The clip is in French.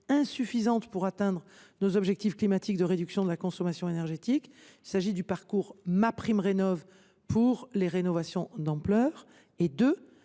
insuffisante pour atteindre nos objectifs climatiques de réduction de la consommation énergétique. Celle ci fait l’objet du parcours MaPrimeRénov’ pour les rénovations d’ampleur.